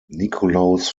nikolaus